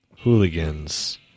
Hooligans